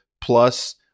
plus